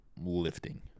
lifting